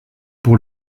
pour